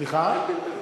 סליחה?